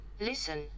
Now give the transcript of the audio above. Listen